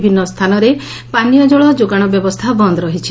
ବିଭିନ୍ନ ସ୍ଥାନରେ ପାନୀୟ ଜଳ ଯୋଗାଣ ବ୍ୟବସ୍ଥା ବନ୍ଦ ରହିଛି